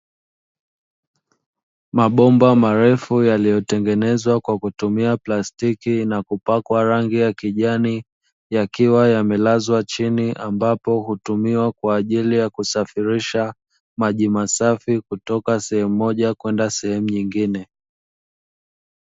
Mabomba marefu yaliyotengenezwa kwa kutumia plastiki na kupakwa rangi ya kijani, yakiwa yamelazwa chini ambapo hutumiwa kwa ajili ya kusafirisha maji masafi kutoka sehemu moja kwenda sehemu nyingine.